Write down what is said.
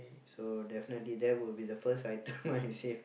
so definitely that will be the first item that I save